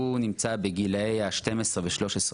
שנמצא בגילאי 12-13,